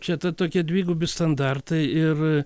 čia ta tokie dvigubi standartai ir